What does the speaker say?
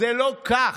זה לא כך.